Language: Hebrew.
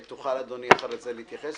אדון אטלן יוכל להתייחס.